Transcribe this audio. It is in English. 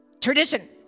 tradition